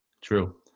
true